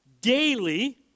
daily